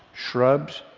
shrubs,